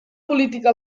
política